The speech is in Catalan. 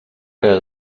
que